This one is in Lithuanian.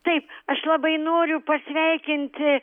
taip aš labai noriu pasveikinti